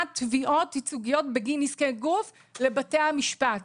תביעות ייצוגיות בגין נזקי גוף לבתי המשפט.